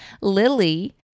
Lily